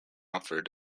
offered